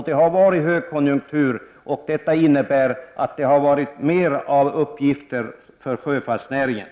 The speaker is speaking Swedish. Det har varit högkonjunktur, och detta innebär att det har varit mer av uppgifter för sjöfartsnäringen.